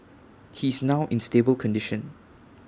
he is now in stable condition